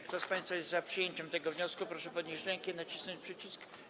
Kto z państwa jest za przyjęciem tego wniosku, proszę podnieść rękę i nacisnąć przycisk.